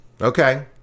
Okay